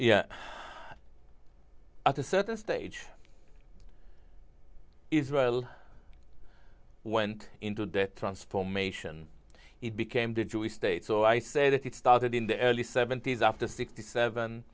yeah at a certain stage israel went into that transform ation he became the jewish state so i say that it started in the early seventy's after sixty seven